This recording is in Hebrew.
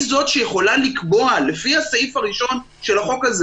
היא זאת שיכולה לקבוע לפי הסעיף הראשון של החוק הזה